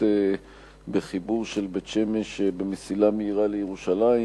בחיבור של בית-שמש במסילה מהירה לירושלים,